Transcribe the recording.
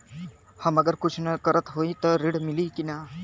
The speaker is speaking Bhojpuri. हम अगर कुछ न करत हई त ऋण मिली कि ना?